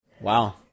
Wow